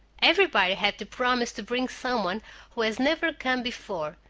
everybody had to promise to bring some one who has never come before,